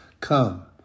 come